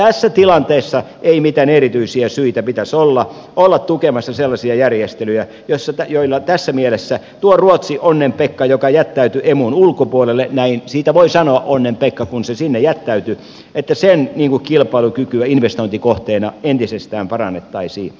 tässä tilanteessa ei pitäisi olla mitään erityisiä syitä olla tukemassa sellaisia järjestelyjä joilla tässä mielessä ruotsia onnenpekkaa joka jättäytyi emun ulkopuolelle näin siitä voi sanoa onnenpekka kun se sinne jättäytyi sen kilpailukykyä investointikohteena entisestään parannettaisiin